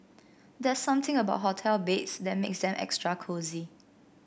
there's something about hotel beds that makes them extra cosy